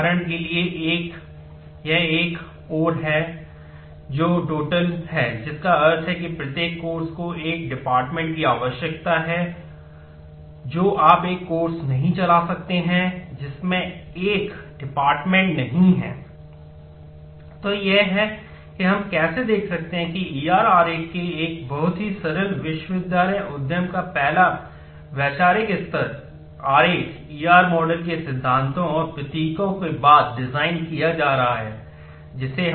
और उदाहरण के लिए यह एक और है जो टोटल किया जा रहा है जिसे हमने पहले ही विकसित किया है